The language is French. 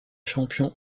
champion